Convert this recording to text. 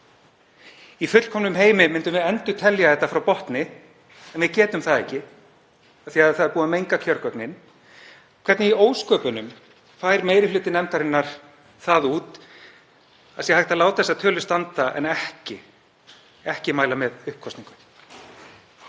Í fullkomnum heimi myndum við endurtelja þetta frá botni en við getum það ekki af því að það er búið að menga kjörgögnin. Hvernig í ósköpunum fær meiri hluti nefndarinnar það út að það sé hægt að láta þessar tölur standa en ekki mæla með uppkosningu?